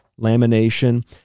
lamination